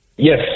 Yes